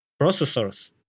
processors